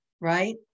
right